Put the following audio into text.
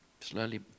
Slowly